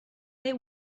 they